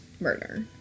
murder